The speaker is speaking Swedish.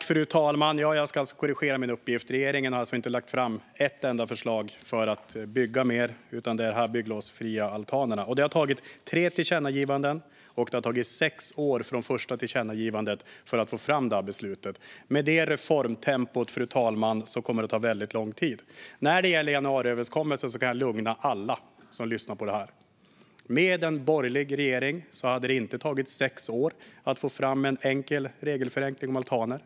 Fru talman! Jag ska korrigera min uppgift. Regeringen har alltså inte lagt fram ett enda förslag för att bygga mer utan bara detta förslag om de bygglovsfria altanerna, och det har tagit tre tillkännagivanden och sex år från första tillkännagivandet för att få fram detta beslut. Med detta reformtempo kommer det att ta väldigt lång tid. Vad gäller januariöverenskommelsen kan jag lugna alla som lyssnar på detta. Med en borgerlig regering hade det inte tagit sex år att få fram en enkel regelförenkling om altaner.